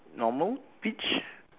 normal peach